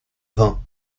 vin